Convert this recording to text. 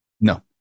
No